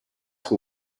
who